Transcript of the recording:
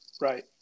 Right